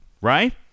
right